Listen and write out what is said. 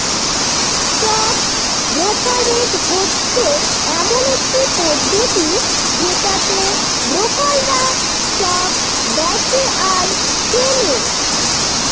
stock brokerage হচ্ছে এমন একটি পদ্ধতি যেটাতে ব্রোকাররা স্টক বেঁচে আর কেনে